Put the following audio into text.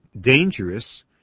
dangerous